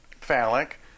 phallic